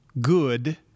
good